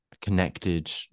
connected